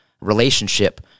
relationship